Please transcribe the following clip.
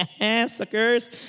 Suckers